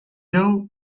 know